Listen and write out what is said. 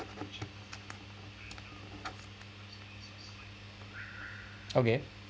okay